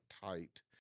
tight